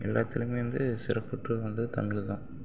எல்லாத்துலேயுமே வந்து சிறப்புற்றது வந்து தமிழ் தான்